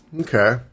Okay